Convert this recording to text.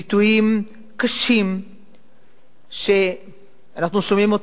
ביטויים קשים שאנחנו שומעים,